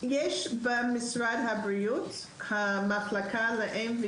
במשרד הבריאות יש את המחלקה לאם,